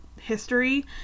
history